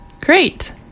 Great